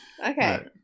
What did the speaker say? Okay